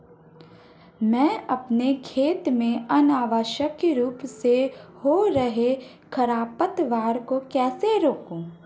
मैं अपने खेत में अनावश्यक रूप से हो रहे खरपतवार को कैसे रोकूं?